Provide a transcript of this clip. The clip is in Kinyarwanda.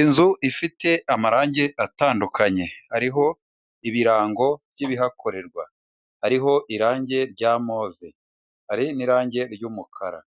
Inzu ifite amarange atandukanye, hariho ibirango by'ibihakorerwa, hariho ari irange rya move, hari n'irangi ry'umukara,